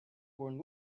born